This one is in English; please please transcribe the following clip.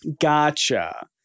Gotcha